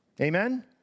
Amen